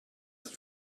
ist